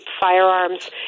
firearms